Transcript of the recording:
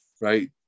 right